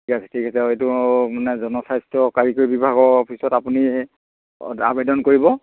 ঠিক আছে ঠিক আছে এইটো মানে জনস্বাস্থ্য কাৰিকৰী বিভাগৰ পিছত আপুনি আবেদন কৰিব